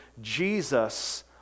Jesus